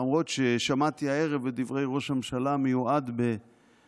למרות ששמעתי הערב את דברי ראש הממשלה המיועד באל-ערביה,